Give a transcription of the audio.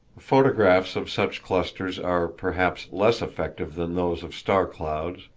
photographs of such clusters are, perhaps, less effective than those of star-clouds,